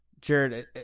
Jared